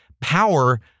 power